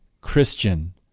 Christian